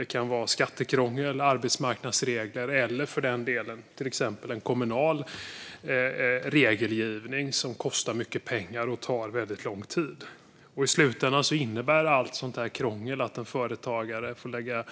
Det kan vara skattekrångel, arbetsmarknadsregler eller för den delen till exempel en kommunal regelgivning som kostar mycket pengar och tar väldigt lång tid. I slutändan innebär allt sådant krångel att företagare får lägga